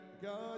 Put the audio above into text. God